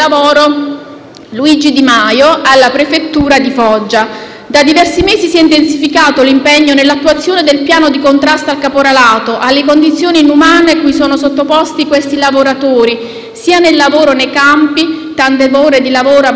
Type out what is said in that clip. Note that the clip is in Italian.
Da diversi mesi si è intensificato l'impegno nell'attuazione del piano di contrasto al caporalato, viste le condizioni inumane cui sono sottoposti questi lavoratori sia nel lavoro nei campi - tante ore di lavoro a bassa paga - sia nel trasporto in campagna con mezzi sgangherati,